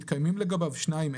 שבעצם נטמעים והם נלווים בשירות אחר.